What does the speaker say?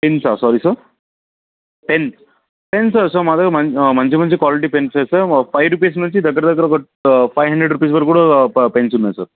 పెన్సా sorry sir pen పెన్సా sir మా దగ్గర మంచి మంచి క్వాలిటీ పెన్సే సార్ మాకు ఫైవ్ రూపీస్ నుంచి దగ్గర దగ్గర ఒక ఫైవ్ హండ్రెడ్ రూపీస్ వరకు కూడా ప పెన్స్ ఉన్నాయి సార్